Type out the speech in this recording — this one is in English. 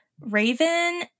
Raven